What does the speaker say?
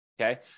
okay